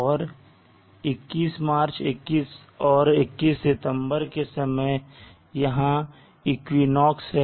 और यह 21 मार्च और 21 सितंबर के समय यहां इक्विनोक्स है